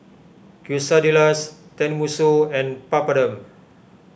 Quesadillas Tenmusu and Papadum